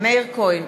מאיר כהן,